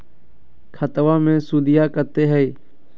खतबा मे सुदीया कते हय?